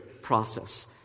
process